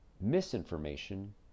misinformation